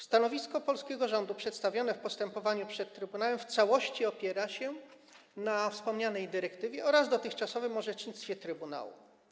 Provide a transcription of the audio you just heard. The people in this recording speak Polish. Stanowisko polskiego rządu przedstawione w postępowaniu przed Trybunałem w całości opiera się na wspomnianej dyrektywie oraz dotychczasowym orzecznictwie Trybunału.